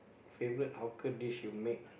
favourite hawker dish you make